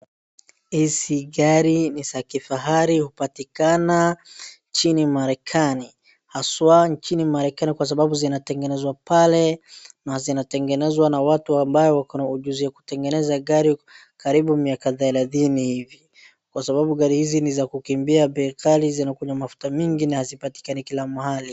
Hizi gari ni za kifahari hupatikana nchini Marekani, aswa nchini Marekani kwa sababu zinategenezwa pale na zinategenezwa na watu ambao wakona ujuzi wa kutengeneza gari karibu miaka thelathini hivi kwa sababu gari hizi ni za kukimbia bei kali zinakunywa mafuta nyingi na hazipatikani kila mahali.